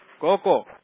Coco